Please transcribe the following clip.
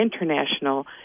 international